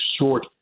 short